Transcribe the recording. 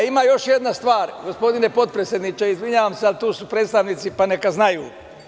Ima još jedna stvar, gospodine potpredsedniče, izvinjavam se, ali tu su predstavnici, pa neka znaju.